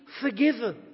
forgiven